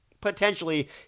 potentially